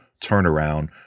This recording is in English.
turnaround